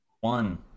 One